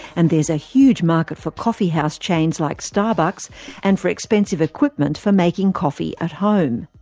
and there's a huge market for coffee house chains like starbucks and for expensive equipment for making coffee at home.